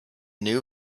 new